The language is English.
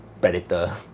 predator